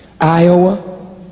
Iowa